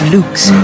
Luke's